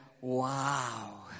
wow